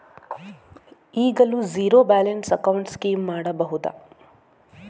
ಈಗಲೂ zero balance account scheme ಮಾಡಬಹುದಾ?